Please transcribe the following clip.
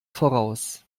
voraus